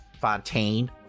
Fontaine